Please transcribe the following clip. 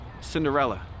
Cinderella